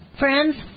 Friends